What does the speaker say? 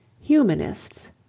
Humanists